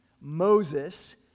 Moses